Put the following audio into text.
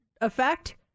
effect